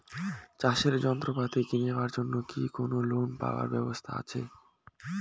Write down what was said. চাষের যন্ত্রপাতি কিনিবার জন্য কি কোনো লোন পাবার ব্যবস্থা আসে?